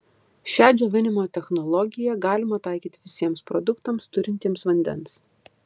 šią džiovinimo technologiją galima taikyti visiems produktams turintiems vandens